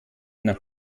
nach